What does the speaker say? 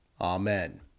Amen